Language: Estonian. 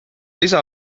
isa